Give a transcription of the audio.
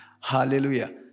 Hallelujah